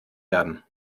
erden